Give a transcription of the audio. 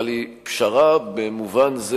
אבל לתפיסתי היא פשרה במובן זה